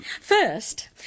First